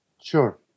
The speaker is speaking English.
Sure